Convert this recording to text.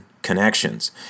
Connections